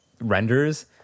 renders